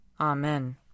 Amen